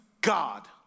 God